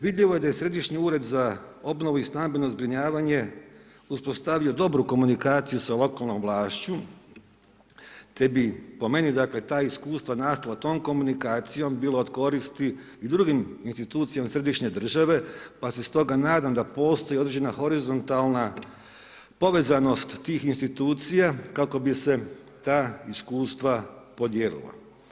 Vidljivo je da je Središnji ured za obnovu i stambeno zbrinjavanje uspostavio dobru komunikaciju sa lokalnom vlašću, te bi, po meni, dakle, ta iskustva nastala tom komunikacijom, bilo od koristi i drugim institucijama središnje države, pa se stoga nadam da postoji određena horizontalna povezanost tih institucija kako bi se ta iskustva podijelila.